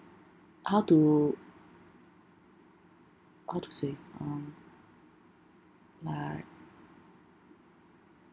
how to how to say um like